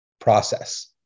process